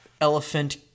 elephant